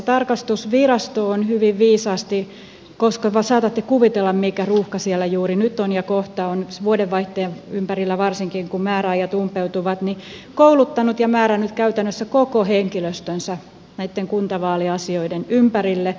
tarkastusvirasto on hyvin viisaasti koska saatatte kuvitella mikä ruuhka siellä on juuri nyt ja kohta vuodenvaihteen ympärillä varsinkin kun määräajat umpeutuvat kouluttanut ja määrännyt käytännössä koko henkilöstönsä näitten kuntavaaliasioiden ympärille